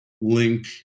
Link